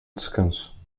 descanso